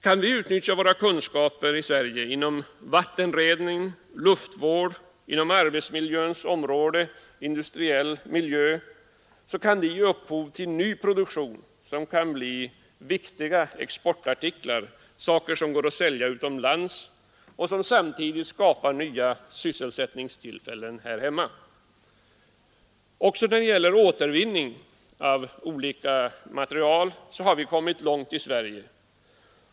Kan vi utnyttja våra kunskaper i Sverige inom vattenrening och luftvård, inom arbetsmiljöns område och inom den industriella miljön, kan det ge upphov till ny produktion som kan säljas utomlands och som samtidigt skapar nya sysselsättningstillfällen här hemma. Även när det gäller återvinningen har vi kommit långt i Sverige.